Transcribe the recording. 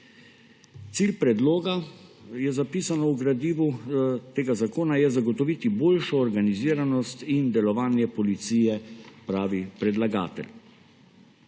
tega zakona, je zapisano v gradivu, je zagotoviti boljšo organiziranost in delovanje policije, pravi predlagatelj.